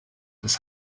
das